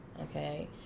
okay